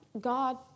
God